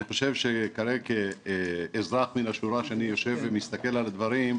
ואני חושב שכאזרח מהשורה כשאני יושב ומסתכל על הדברים,